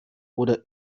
oder